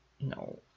No